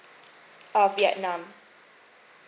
uh vietnam